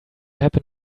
happen